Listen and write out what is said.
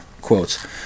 quotes